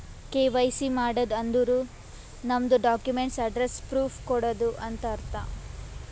KYC ಮಾಡದ್ ಅಂದುರ್ ನಮ್ದು ಡಾಕ್ಯುಮೆಂಟ್ಸ್ ಅಡ್ರೆಸ್ಸ್ ಪ್ರೂಫ್ ಕೊಡದು ಅಂತ್ ಅರ್ಥ